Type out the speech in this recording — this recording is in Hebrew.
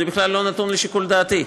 זה בכלל לא נתון לשיקול דעתי.